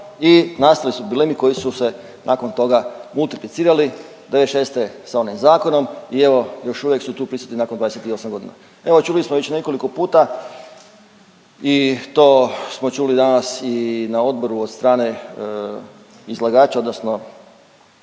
i nastali su problemi koji su se nakon toga multiplicirali '96. s onim zakonom i evo još uvijek su tu prisutni nakon 28 godina. Evo čuli smo već nekoliko puta i to smo čuli danas i na odboru od strane izlagača odnosno